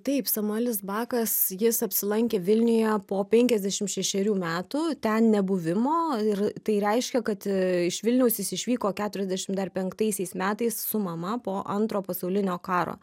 taip samuelis bakas jis apsilankė vilniuje po penkiasdešimt šešerių metų ten nebuvimo ir tai reiškia kad iš vilniaus jis išvyko keturiasdešimt dar penktaisiais metais su mama po antro pasaulinio karo